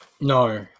No